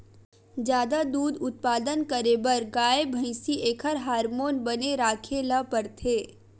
जादा दूद उत्पादन करे बर गाय, भइसी एखर हारमोन बने राखे ल परथे